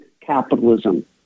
capitalism